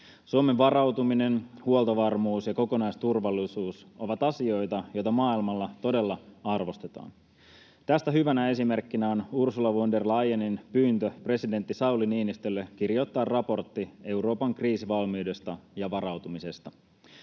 Suomen varautuminen, huoltovarmuus ja kokonaisturvallisuus ovat asioita, joita maailmalla todella arvostetaan. Tästä hyvänä esimerkkinä on Ursula von der Leyenin pyyntö presidentti Sauli Niinistölle kirjoittaa raportti Euroopan kriisivalmiudesta ja varautumisesta.